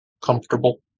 comfortable